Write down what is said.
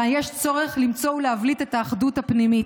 ויש צורך למצוא ולהבליט את האחדות הפנימית.